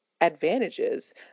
advantages